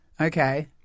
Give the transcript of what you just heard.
Okay